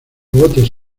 votos